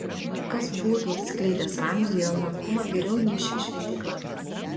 kas būtų atskleidęs ramziui jo menkumą geriau nei ši šventykla